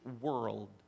world